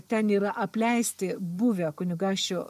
ten yra apleisti buvę kunigaikščio